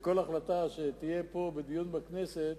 שכל החלטה שתהיה פה בדיון בכנסת